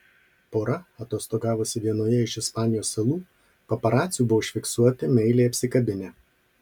pora atostogavusi vienoje iš ispanijos salų paparacių buvo užfiksuoti meiliai apsikabinę